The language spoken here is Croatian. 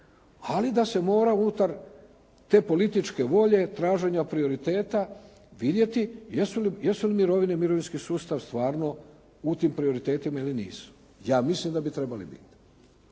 ali da se mora unutar te političke volje traženja prioriteta vidjeti jesu li mirovinski sustav u tim prioritetima ili nisu. Ja mislim da bi trebali biti.